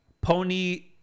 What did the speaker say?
Pony